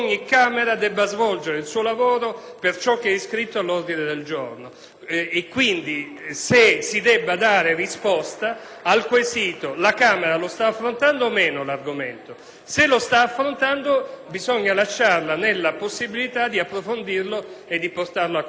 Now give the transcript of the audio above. Quindi, si deve dare risposta al quesito: la Camera sta affrontando o no l'argomento? Se lo sta affrontando bisogna lasciarle la possibilità di approfondirlo e di portarlo a compimento. Per tale ragione ribadisco l'invito al ritiro